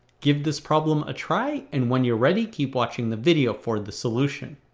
give this problem a try and when you're ready keep watching the video for the solution.